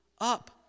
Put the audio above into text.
up